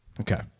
Okay